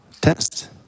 Test